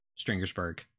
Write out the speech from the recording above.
Stringersburg